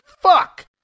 fuck